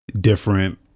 different